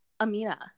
Amina